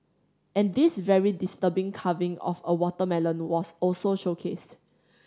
and this very disturbing carving of a watermelon was also showcased